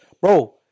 Bro